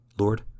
Lord